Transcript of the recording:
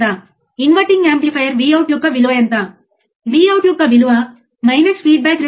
కాబట్టి నేను input signal ఇచ్చినప్పుడు నేను ఎంత వేగంగా అవుట్పుట్ పొందుతాను